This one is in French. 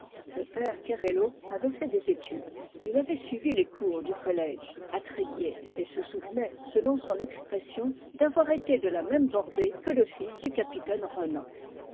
le père kerello avait fait des études il avait suivi les cours du collège à tré guier et se souvenait selon son expression d'avoir été de la même bordée que le fils du capitaine renan